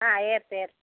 ఏరుతా ఏరుతా